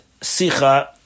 sicha